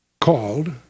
called